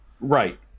Right